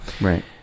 Right